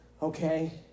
Okay